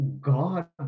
God